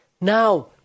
Now